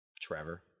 Trevor